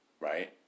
Right